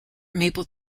maple